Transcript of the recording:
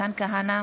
מתן כהנא,